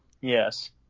yes